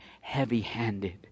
heavy-handed